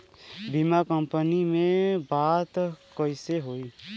बीमा कंपनी में बात कइसे होई?